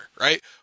right